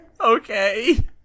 Okay